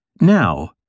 Now